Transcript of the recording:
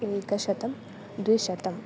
एकशतं द्विशतम्